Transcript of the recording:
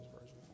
Version